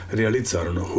realizzarono